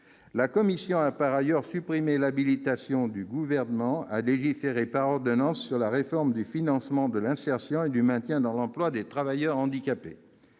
La commission a par ailleurs supprimé l'habilitation du Gouvernement à légiférer par ordonnance sur la réforme du financement de l'insertion et du maintien dans l'emploi des travailleurs handicapés.